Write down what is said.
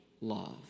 love